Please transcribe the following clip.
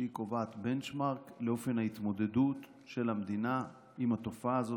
שהיא קובעת benchmark לאופן ההתמודדות של המדינה עם התופעה הזאת,